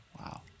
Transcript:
Wow